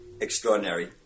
extraordinary